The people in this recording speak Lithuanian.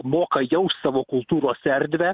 moka jau savo kultūros erdvę